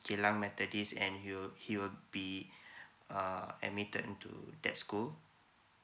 geylang methodist and he will he will be uh admitted into that school